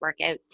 workouts